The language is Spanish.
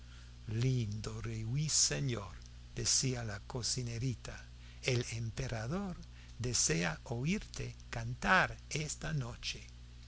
lindo ruiseñor decía la cocinerita el emperador desea oírte cantar esta noche